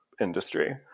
industry